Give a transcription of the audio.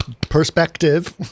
perspective